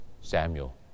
Samuel